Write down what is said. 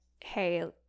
hey